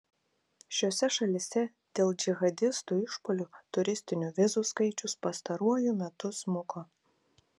šiose šalyse dėl džihadistų išpuolių turistinių vizitų skaičius pastaruoju metu smuko